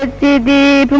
ah dd but